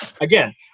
again